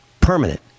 permanent